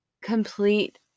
complete